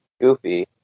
goofy